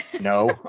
no